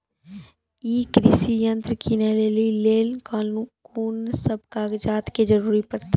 ई कृषि यंत्र किनै लेली लेल कून सब कागजात के जरूरी परतै?